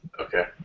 Okay